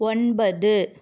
ஒன்பது